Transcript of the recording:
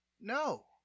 no